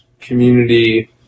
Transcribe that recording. community